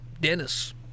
Dennis